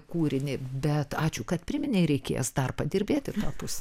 kūrinį bet ačiū kad priminei reikės dar padirbėti į tą pusę